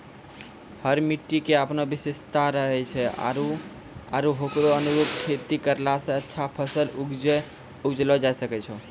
हर मिट्टी के आपनो विशेषता रहै छै आरो होकरो अनुरूप खेती करला स अच्छा फसल उगैलो जायलॅ सकै छो